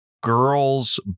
girl's